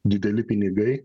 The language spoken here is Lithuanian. dideli pinigai